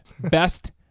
Best